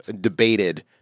debated